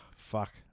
fuck